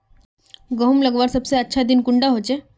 गहुम लगवार सबसे अच्छा दिन कुंडा होचे?